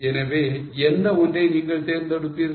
எனவே எந்த ஒன்றை நீங்கள் தேர்ந்தெடுப்பீர்கள்